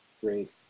Great